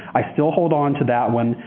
i still hold on to that one.